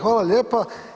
Hvala lijepa.